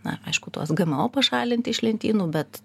na aišku tuos gmo pašalinti iš lentynų bet